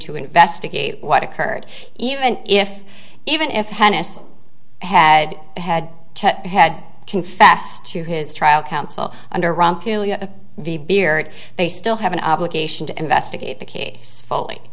to investigate what occurred even if even if tennis had had had confessed to his trial counsel under the beard they still have an obligation to investigate the case fully